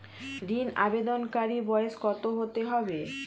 ঋন আবেদনকারী বয়স কত হতে হবে?